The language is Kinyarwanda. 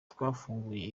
twafunguye